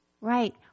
Right